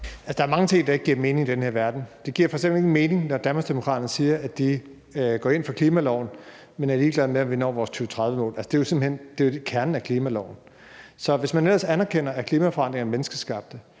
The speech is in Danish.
Der er mange ting, der ikke giver mening i den her verden. Det giver f.eks. ingen mening, når Danmarksdemokraterne siger, at de går ind for klimaloven, men er ligeglade med, om vi når vores 2030-mål. Altså, det er jo simpelt hen kernen af klimaloven. Så hvis man ellers anerkender, at klimaforandringerne er menneskeskabte,